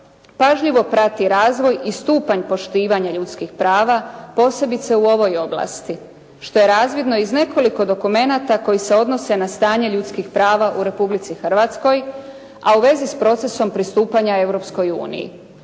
pažljivo prati razvoj i stupanj poštivanja ljudskih prava posebice u ovoj oblasti, što je razvidno iz nekoliko dokumenata koji se odnose na stanje ljudskih prava u Republici Hrvatskoj, a u vezi s procesom pristupanja Europskoj uniji.